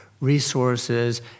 resources